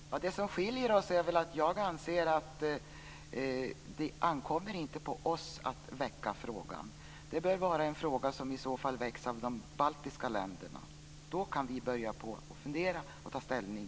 Fru talman! Det som skiljer oss åt är väl att jag anser att det inte ankommer på oss att väcka frågan. Det bör vara en fråga som i så fall väcks av de baltiska länderna. Då kan vi börja fundera och ta ställning.